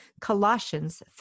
Colossians